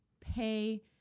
pay